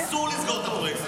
אסור לסגור את הפרויקט הזה.